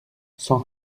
cent